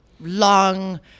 long